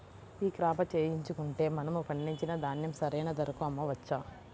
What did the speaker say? ఈ క్రాప చేయించుకుంటే మనము పండించిన ధాన్యం సరైన ధరకు అమ్మవచ్చా?